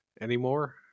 anymore